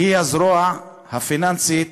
שהיא הזרוע הפיננסית